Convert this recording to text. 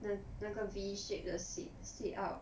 那那个 V shape the sit sit up